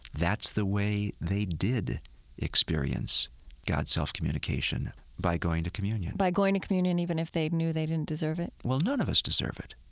that's the way they did experience god's self-communication, by going to communion by going to communion even if they knew they didn't deserve it? well, none of us deserve it.